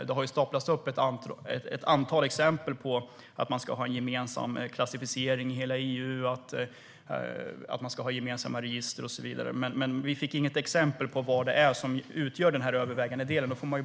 Det har staplats upp ett antal exempel, bland annat att man ska ha en gemensam klassificering i hela EU, att man ska ha gemensamma register. Men vi fick inget exempel på vad det är som utgör den övervägande delen.